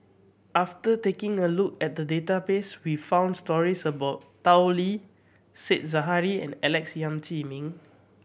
after taking a look at the database we found stories about Tao Li Said Zahari and Alex Yam Ziming